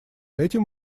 этим